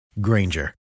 Granger